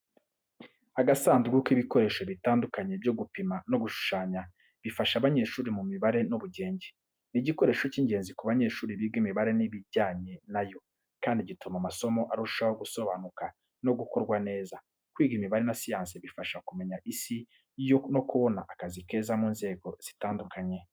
Agasandu k’ibikoresho bitandukanye byo gupima no gushushanya bifasha abanyeshuri mu mibare n’ubugenge. Ni igikoresho cy'ingenzi ku banyeshuri biga imibare n'ibijyanye na yo, kandi gituma amasomo arushaho gusobanuka no gukorwa neza. Kwiga imibare na siyansi bifasha kumenya isi no kubona akazi keza mu nzego zitandukanye.